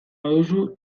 baduzu